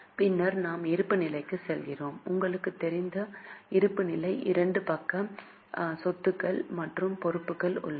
பின்னர் நாம் இருப்புநிலைக்கு செல்கிறோம் உங்களுக்குத் தெரிந்த இருப்புநிலைக்கு இரண்டு பக்க சொத்துக்கள் மற்றும் பொறுப்புகள் உள்ளன